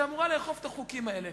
אמורים לאכוף את החוקים האלה.